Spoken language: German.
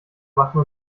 machen